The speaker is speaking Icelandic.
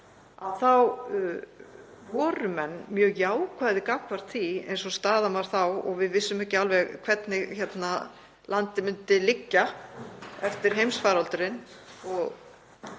Þá voru menn mjög jákvæðir gagnvart því eins og staðan var þá — við vissum ekki alveg hvernig landið myndi liggja eftir heimsfaraldurinn